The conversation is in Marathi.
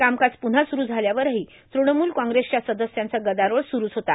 कामकाज पुन्हा सुरू झाल्यावरहो तृणमूल काँग्रेसच्या सदस्यांचा गदारोळ सुरुच होता